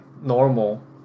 normal